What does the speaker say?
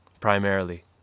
primarily